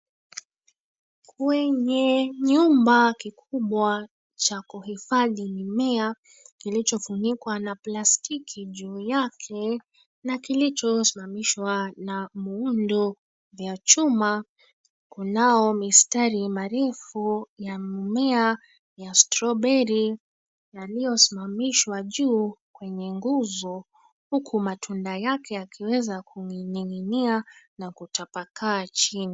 Huyu ni nyumba kikubwa cha kuhifadhi mimea kilichofunikwa na plastiki juu yake na kilichosimamishwa na muundo vya chuma. Kunao mistari marefu ya mimea ya stroberi yaliyosimamishwa juu kwenye nguzo huku matunda yake yakiweza kuning'inia na kutapakaa chini.